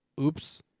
Oops